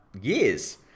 years